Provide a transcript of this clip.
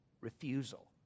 refusal